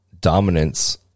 dominance